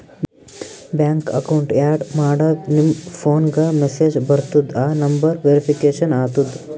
bank account add ಮಾಡಾಗ್ ನಿಮ್ ಫೋನ್ಗ ಮೆಸೇಜ್ ಬರ್ತುದ್ ಆ ನಂಬರ್ ವೇರಿಫಿಕೇಷನ್ ಆತುದ್